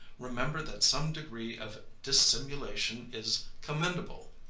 remember that some degree of dissimulation is commendable,